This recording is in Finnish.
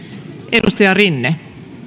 edustaja rinne